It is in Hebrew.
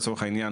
לצורך העניין,